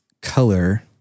color